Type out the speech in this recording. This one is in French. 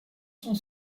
sont